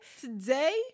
today